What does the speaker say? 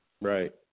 right